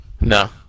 No